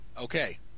Okay